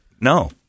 no